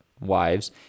wives